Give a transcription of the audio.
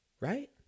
Right